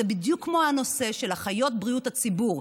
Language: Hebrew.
זה בדיוק כמו הנושא של אחיות בריאות הציבור.